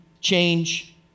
change